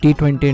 T20